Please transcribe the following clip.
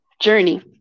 journey